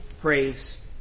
praise